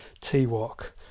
t-walk